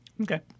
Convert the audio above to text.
Okay